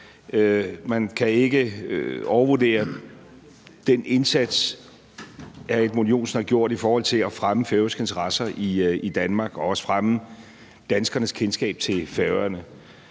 Man kan ikke overvurdere den indsats, hr. Edmund Joensen har gjort i forhold til at fremme færøske interesser i Danmark og også fremme danskernes kendskab til Færøerne.